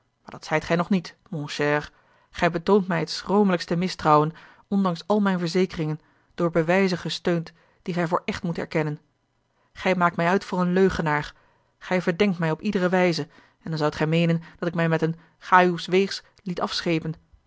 maar dat zijt gij nog niet mon cher gij betoont mij het schromelijkste mistrouwen ondanks al mijne verzekeringen door bewijzen gesteund die gij voor echt moet erkennen gij maakt mij uit voor een leugenaar gij verdenkt mij op iedere wijze en dan zoudt gij meenen dat ik mij met een ga uws weegs liet afschepen